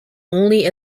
only